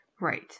Right